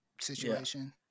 situation